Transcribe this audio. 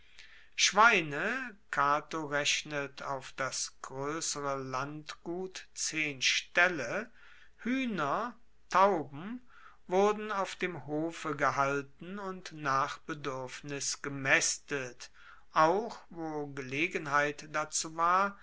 schweine cato rechnet auf das groessere landgut zehn staelle huehner tauben wurden auf dem hofe gehalten und nach beduerfnis gemaestet auch wo gelegenheit dazu war